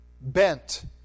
bent